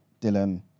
Dylan